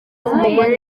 umugore